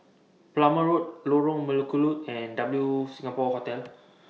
Plumer Road Lorong Melukut and W Singapore Hotel